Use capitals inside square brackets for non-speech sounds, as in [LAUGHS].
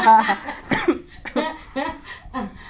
[LAUGHS]